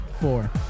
Four